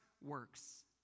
works